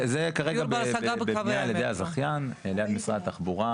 זה כרגע בבנייה על ידי הזכיין ליד משרד התחבורה,